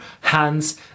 hands